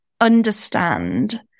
understand